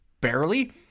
barely